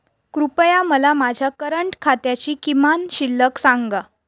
कृपया मला माझ्या करंट खात्याची किमान शिल्लक सांगा